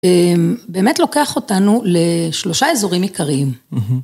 באמת לוקח אותנו לשלושה אזורים עיקריים.